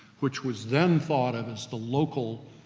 which was then thought of as the local,